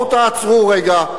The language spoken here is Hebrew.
תעצרו רגע,